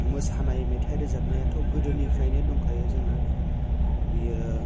मोसानाय मेथाइ रोजबानायाथ' गोदोनिफ्रायनो दंखायो जोंना बियो